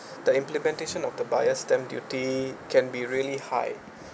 the implementation of the buyer's stamp duty can be really high